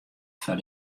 foar